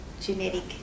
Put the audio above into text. genetic